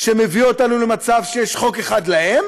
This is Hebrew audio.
שמביא אותנו למצב שיש חוק אחד להם